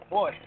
Boy